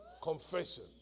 Confession